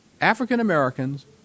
African-Americans